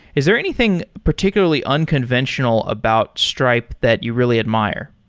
is there anything particularly unconventional about stripe that you really admire?